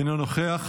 אינו נוכח.